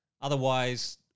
Otherwise